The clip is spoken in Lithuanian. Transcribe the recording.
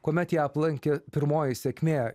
kuomet ją aplankė pirmoji sėkmė